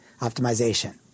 optimization